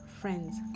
friends